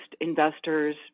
investors